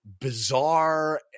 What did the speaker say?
bizarre